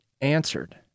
answered